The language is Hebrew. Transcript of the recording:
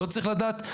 לא צריך לדעת?